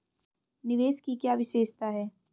निवेश की क्या विशेषता है?